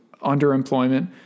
underemployment